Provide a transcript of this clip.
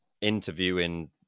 interviewing